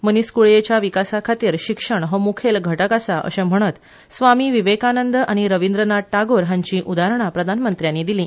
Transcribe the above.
मनिसकुळयेच्या विकासा खातीर शिक्षण हो मुखेल घटक आसा अशें म्हणत स्वामी विवेकानंद आनी रविंद्रनाथ टागोर हांची उधारणां प्रधानमंत्र्यांनी दिली